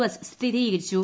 S സ്ഥിരീകരിച്ചു